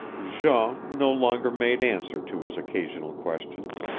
jean no longer made answer to his occasional questions.